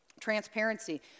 Transparency